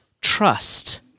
trust